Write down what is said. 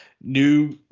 new